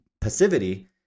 passivity